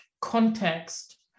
context